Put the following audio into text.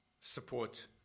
support